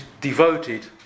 devoted